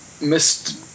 missed